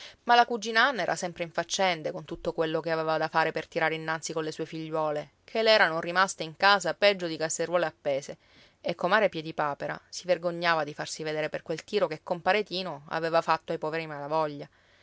ma la cugina anna era sempre in faccende con tutto quello che aveva da fare per tirare innanzi con le sue figliuole che le erano rimaste in casa peggio di casseruole appese e comare piedipapera si vergognava di farsi vedere per quel tiro che compare tino aveva fatto ai poveri malavoglia